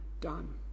done